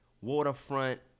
waterfront